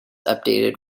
updated